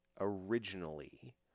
originally